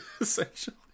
essentially